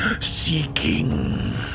Seeking